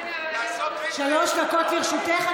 שלוש דקות לרשותך.